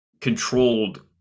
controlled